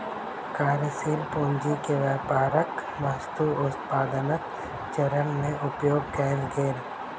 कार्यशील पूंजी के व्यापारक वस्तु उत्पादनक चरण में उपयोग कएल गेल